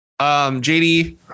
JD